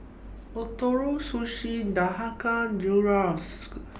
Ootoro Sushi Dhokla Gyros